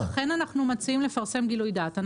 בגלל זה אנחנו מציעים לפרסם גילוי דעת.